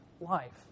life